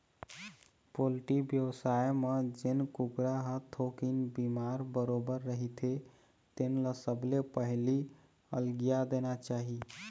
poultry बेवसाय म जेन कुकरा ह थोकिन बिमार बरोबर रहिथे तेन ल सबले पहिली अलगिया देना चाही